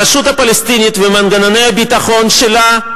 הרשות הפלסטינית ומנגנוני הביטחון שלה,